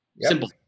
Simple